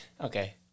Okay